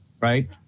Right